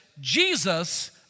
Jesus